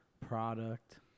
product